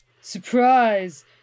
Surprise